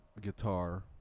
guitar